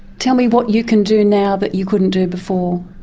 tell me what you can do now that you couldn't do before.